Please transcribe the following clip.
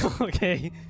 Okay